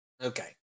Okay